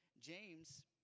James